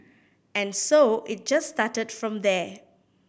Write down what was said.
and so it just started from there